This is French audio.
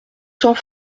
cents